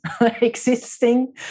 existing